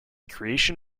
creation